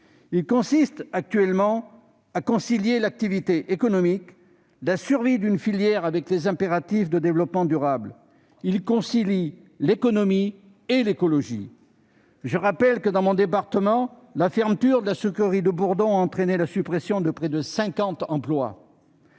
il consiste à concilier l'activité économique, la survie d'une filière avec les impératifs de développement durable, l'économie et l'écologie. Je rappelle que, dans mon département, la fermeture de la sucrerie de Bourdon a entraîné la suppression de près de cinquante emplois.